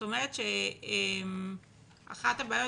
את אומרת שאחת הבעיות,